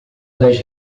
das